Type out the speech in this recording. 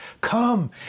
come